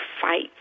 fight